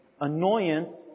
annoyance